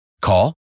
Call